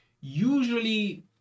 usually